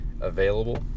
available